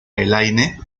elaine